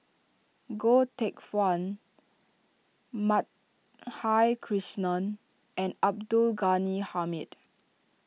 Goh Teck Phuan Madhavi Krishnan and Abdul Ghani Hamid